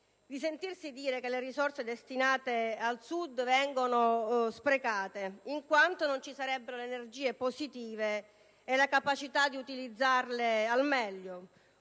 di sentirsi dire che le risorse destinate al Sud vengono sprecate perché mancherebbero le energie positive e la capacità di utilizzarle al meglio,